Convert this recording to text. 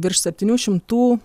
virš septynių šimtų